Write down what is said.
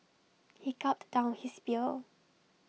he gulped down his beer